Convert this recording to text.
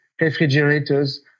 refrigerators